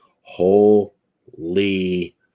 Holy